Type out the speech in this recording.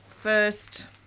first